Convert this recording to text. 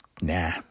nah